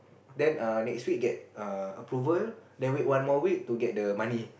then err next week get err approval then wait one more week to get the money